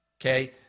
okay